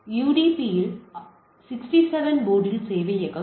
எனவே யுடிபியில் 67 போர்ட்டில் சேவையகம்